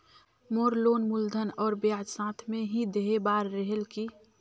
मोर loan मूलधन और ब्याज साथ मे ही देहे बार रेहेल की?